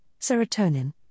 serotonin